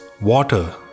water